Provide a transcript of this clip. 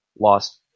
lost